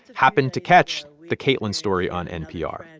happened to catch the kaitlyn story on npr. and